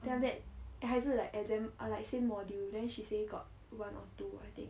then after that 还是 like exam like same module then she say got one or two I think